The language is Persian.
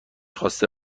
خواسته